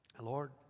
Lord